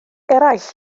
eraill